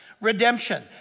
redemption